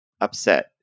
upset